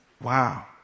wow